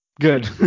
Good